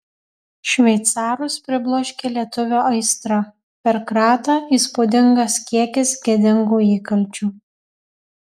šveicarus pribloškė lietuvio aistra per kratą įspūdingas kiekis gėdingų įkalčių